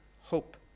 hope